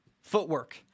Footwork